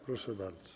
Proszę bardzo.